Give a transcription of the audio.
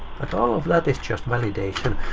but all of that is just validation.